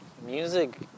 music